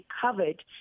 covered